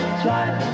slide